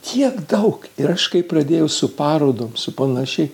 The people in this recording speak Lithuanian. kiek daug ir aš kai pradėjau su parodom su panašiai